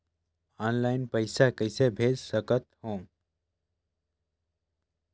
Online पइसा कइसे भेज सकत हो?